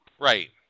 Right